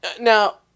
Now